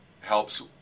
helps